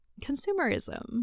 consumerism